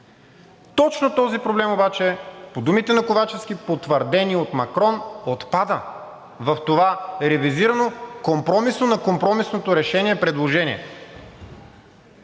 Точно този проблем обаче – по думите на Ковачевски, потвърдени от Макрон, отпада в това ревизирано, компромисно на компромисното решение предложение.